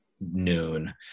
noon